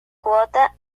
cuota